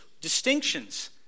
distinctions